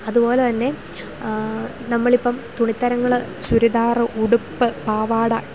അതുപോലെ തന്നെ നമ്മൾ ഇപ്പം തുണിത്തരങ്ങൾ ചുരിദാർ ഉടുപ്പ് പാവാട ടോപ്പ്